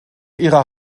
ihrer